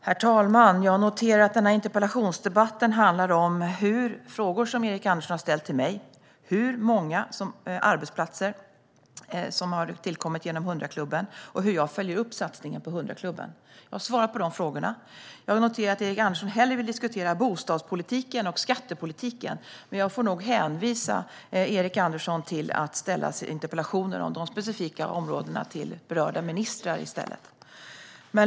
Herr talman! Den här interpellationsdebatten handlade om frågor som Erik Andersson ställt till mig: hur många platser som har tillkommit genom 100-klubben och hur jag följer upp den satsningen. Jag har svarat på de frågorna. Jag noterar att Erik Andersson hellre vill diskutera bostadspolitiken och skattepolitiken. Jag får nog hänvisa Erik Andersson till att ställa interpellationer om de specifika områdena till berörda ministrar.